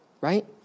right